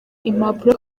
impapuro